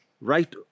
right